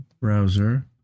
browser